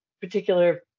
particular